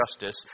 Justice